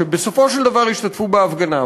שבסופו של דבר השתתפו בהפגנה,